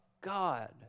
God